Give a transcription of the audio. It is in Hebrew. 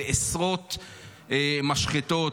בעשרות משחתות,